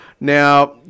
Now